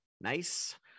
nice